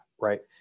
right